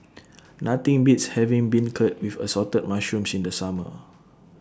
Nothing Beats having Beancurd with Assorted Mushrooms in The Summer